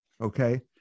okay